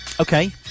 Okay